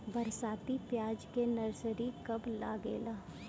बरसाती प्याज के नर्सरी कब लागेला?